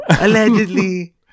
Allegedly